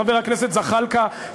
חבר הכנסת זחאלקה,